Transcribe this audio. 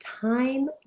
time